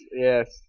yes